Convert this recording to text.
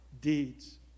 deeds